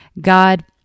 God